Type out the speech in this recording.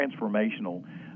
transformational